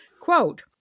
quote